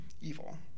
Evil